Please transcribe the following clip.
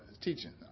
teaching